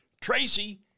Tracy